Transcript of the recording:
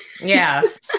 Yes